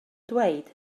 dweud